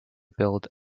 build